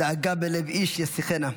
"דאגה בלב איש יַשְׁחנה".